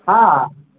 ہاں